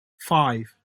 five